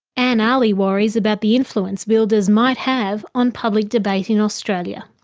anne aly worries about the influence wilders might have on public debate in australia.